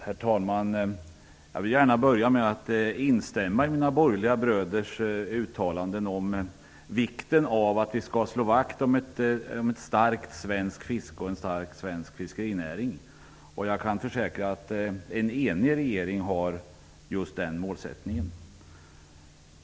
Herr talman! Jag vill gärna börja med att instämma i mina borgerliga bröders uttalanden om vikten av att vi slår vakt om ett starkt svenskt fiske och en stark svensk fiskerinäring. Jag kan försäkra att en enig regering har just den målsättningen.